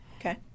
Okay